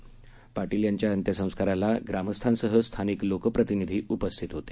पार्पीलयांच्याअंत्यसंस्कारालाग्रामस्थांसहस्थानिकलोकप्रतिनिधीहीउपस्थितहोते